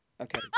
Okay